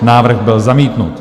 Návrh byl zamítnut.